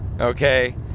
okay